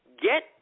get